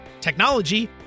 technology